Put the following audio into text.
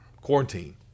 quarantine